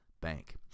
bank